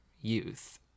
youth